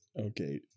Okay